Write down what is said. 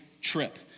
trip